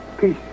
peace